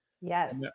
Yes